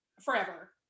forever